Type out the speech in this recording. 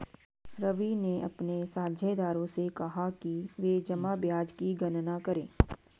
रवि ने अपने साझेदारों से कहा कि वे जमा ब्याज की गणना करें